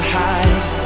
hide